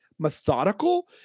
methodical